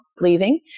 leaving